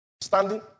Standing